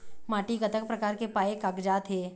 माटी कतक प्रकार के पाये कागजात हे?